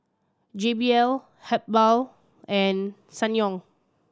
J B L Habhal and Sangyong